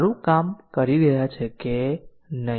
આજે આપણે કેટલીક વધુ સફેદ બોક્સ ટેસ્ટીંગ ટેકનીકો જોઈશું